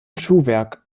schuhwerk